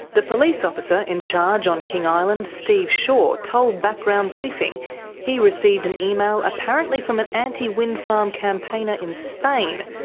the police officer in charge on king island, steve shaw, told background briefing he received an email apparently from an anti wind farm campaigner in spain,